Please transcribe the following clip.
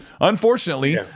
Unfortunately